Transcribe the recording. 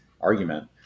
argument